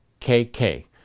KK